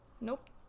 nope